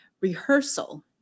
rehearsal